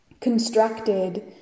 constructed